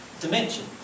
dimension